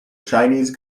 chinese